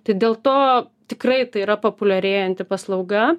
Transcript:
tai dėl to tikrai tai yra populiarėjanti paslauga